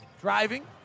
Driving